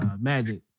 Magic